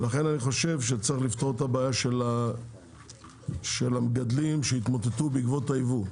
לכן אני חושב שצריך לפתור את הבעיה של המגדלים שהתמוטטו בעקבות הייבוא,